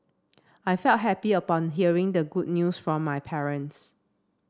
I felt happy upon hearing the good news from my parents